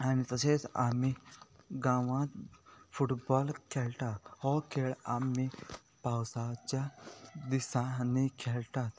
तशेंच आमी गांवांत फुटबॉल खेळटा हो खेळ आमी पावसाच्या दिसांनी खेळटात